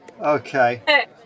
Okay